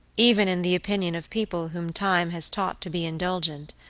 even in the opinion of people whom time has taught to be indulgent,